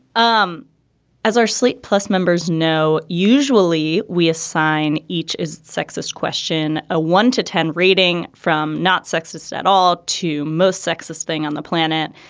um as our slate plus members know, usually we assign each is sexist question a one to ten rating from not sexist at all to most sexist thing on the planet.